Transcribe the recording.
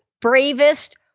bravest